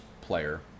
player